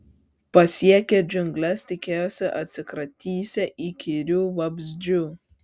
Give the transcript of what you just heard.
pasiekę džiungles tikėjosi atsikratysią įkyrių vabzdžių